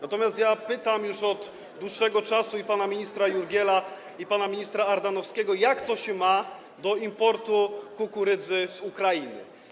Natomiast pytam już od dłuższego czasu pana ministra Jurgiela i pana ministra Ardanowskiego, jak to się ma do importu kukurydzy z Ukrainy?